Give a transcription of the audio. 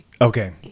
Okay